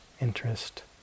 interest